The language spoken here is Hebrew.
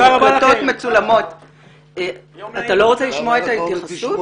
אתה לא רוצה לשמוע את ההתייחסות?